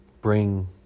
bring